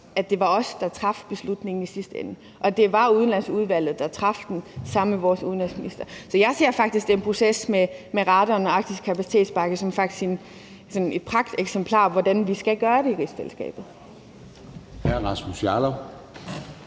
sidste ende traf beslutningen, og det var udlandsudvalget, der traf den sammen med vores udenrigsminister. Så jeg ser faktisk den proces med radaren og Arktis Kapacitetspakke som et pragteksemplar på, hvordan vi skal gøre det i rigsfællesskabet.